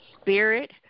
Spirit